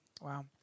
Wow